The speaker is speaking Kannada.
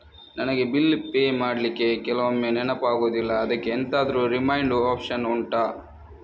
ನನಗೆ ಬಿಲ್ ಪೇ ಮಾಡ್ಲಿಕ್ಕೆ ಕೆಲವೊಮ್ಮೆ ನೆನಪಾಗುದಿಲ್ಲ ಅದ್ಕೆ ಎಂತಾದ್ರೂ ರಿಮೈಂಡ್ ಒಪ್ಶನ್ ಉಂಟಾ